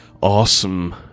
awesome